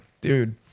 Dude